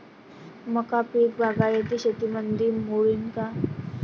मका पीक बागायती शेतीमंदी मोडीन का?